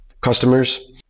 customers